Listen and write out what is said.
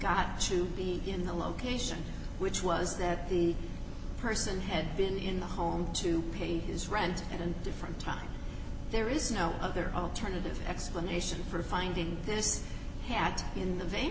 got to be in the location which was that the person had been in the home to pay his rent and different time there is no other alternative explanation for finding this hat in the v